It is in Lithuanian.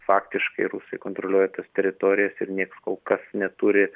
faktiškai rusai kontroliuoja tas teritorijas ir nieks kol kas neturi